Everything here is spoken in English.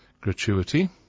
gratuity